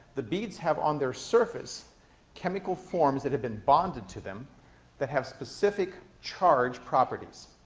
the beads have on their surface chemical forms that have been bonded to them that have specific charge properties.